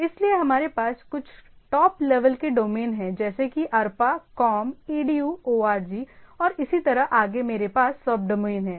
इसलिए हमारे पास कुछ टॉप लेवल के डोमेन हैं जैसे कि arpa com edu org और इसी तरह आगे मेरे पास सबडोमेन हैं